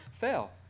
fail